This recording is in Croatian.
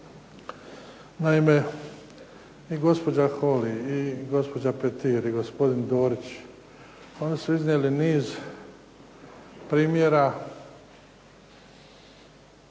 Naime, i gospođa Holy, i gospođa Petir, i gospodin Dorić oni su iznijeli niz primjera